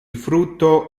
frutto